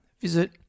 visit